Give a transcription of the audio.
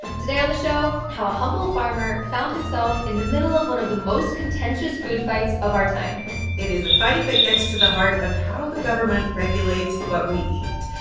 today on the show, how a humble farmer found himself in the middle of one of the most contentious food fights of our time it is a fight that gets to the heart of how the government regulates what we eat.